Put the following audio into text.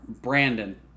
Brandon